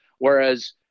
Whereas